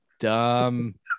Dumb